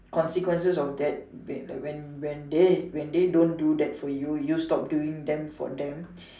consequences of that be that when when they when they don't do that for you you stop doing them for them